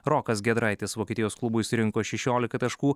rokas giedraitis vokietijos klubui surinko šešiolika taškų